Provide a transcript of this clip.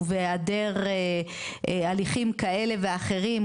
ובהיעדר הליכים כאלה ואחרים,